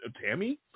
Tammy